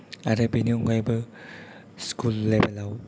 आरो बेनि अनगायैबो स्कुल लेभेलाव